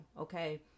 Okay